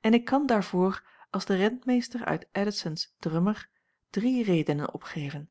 en ik kan daarvoor als de rentmeester uit addisons drummer drie redenen opgeven